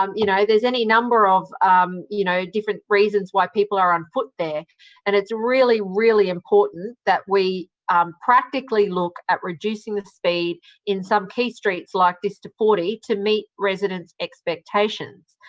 um you know there's any number of you know different reasons why people are on foot there and it's really, really important that we practically look at reducing the speed in some key streets like this to forty to meet resident's expectations.